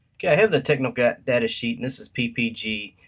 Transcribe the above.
kay, i have the technical data sheet, and this is ppg,